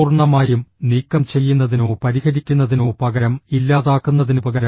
പൂർണ്ണമായും നീക്കം ചെയ്യുന്നതിനോ പരിഹരിക്കുന്നതിനോ പകരം ഇല്ലാതാക്കുന്നതിനുപകരം